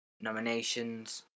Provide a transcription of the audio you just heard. nominations